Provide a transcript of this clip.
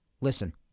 Listen